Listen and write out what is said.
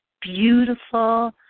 beautiful